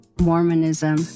Mormonism